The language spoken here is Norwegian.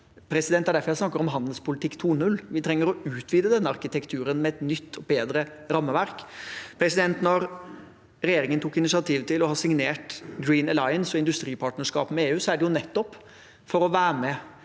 derfor jeg snakker om handelspolitikk 2.0. Vi trenger å utvide den arkitekturen med et nytt og bedre rammeverk. Da regjeringen tok initiativ til og signerte Green Alliance og industripartnerskap med EU, var det nettopp for å være med